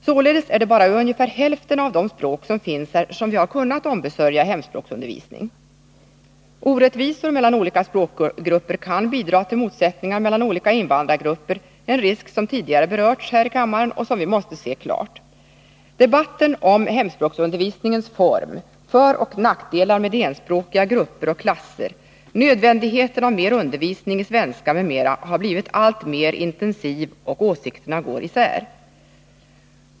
Således är det bara i ungefär hälften av de språk som finns här som vi kunnat ombesörja hemspråksundervisning. Orättvisor mellan olika språkgrupper kan bidra till motsättningar mellan olika invandrargrupper, en risk som tidigare berörts här i kammaren och som vi måste se klart. Debatten om hemspråksundervisningens form, föroch nackdelar med enspråkiga grupper och klasser, nödvändigheten av mer undervisning i svenska m.m. har blivit alltmer intensiv, och åsikterna går isär.